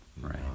right